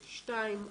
שניים,